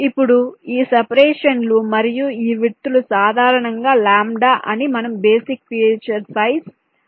ఇప్పుడు ఈ సెపరేషన్ లు మరియు ఈ విడ్త్ లు సాధారణంగా లాంబ్డా అని మనము బేసిక్ ఫీచర్ సైజ్ ప్రకారం పేర్కొనబడతాయి